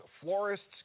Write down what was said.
florists